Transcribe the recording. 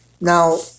Now